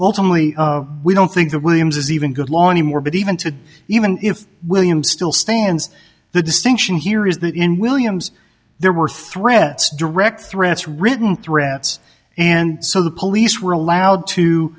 ultimately we don't think that williams is even good law anymore but even today even if william still stands the distinction here is that in williams there were threats direct threats written threats and so the police were allowed to